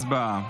הצבעה.